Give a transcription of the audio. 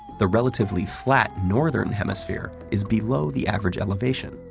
the relatively flat northern hemisphere is below the average elevation,